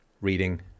reading